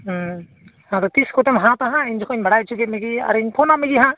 ᱟᱫᱚ ᱛᱤᱥ ᱠᱚᱛᱮᱢ ᱦᱟᱛᱟ ᱦᱟᱜ ᱤᱧ ᱡᱚᱠᱷᱚᱡ ᱵᱟᱰᱟᱭ ᱚᱪᱚ ᱠᱮᱫ ᱢᱮᱜᱮ ᱟᱨᱤᱧ ᱯᱷᱚᱱᱟᱫ ᱢᱮᱜᱮ ᱦᱟᱜ